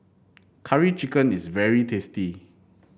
Curry Chicken is very tasty